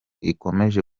ikomeje